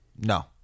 No